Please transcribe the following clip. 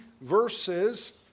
verses